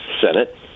Senate